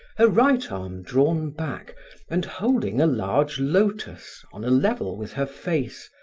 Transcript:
her right arm drawn back and holding a large lotus on a level with her face,